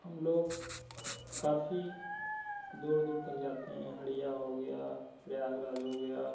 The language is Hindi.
हम लोग काफ़ी दूर दूर तक जाते हैं हड़िया हो गया प्रयागराज हो गया